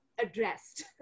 addressed